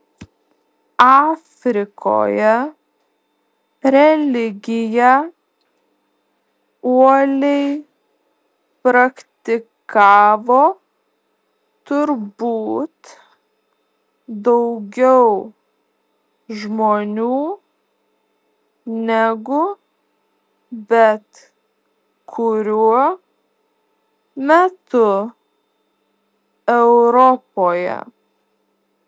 afrikoje religiją uoliai praktikavo turbūt daugiau žmonių negu bet kuriuo metu europoje